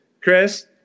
Chris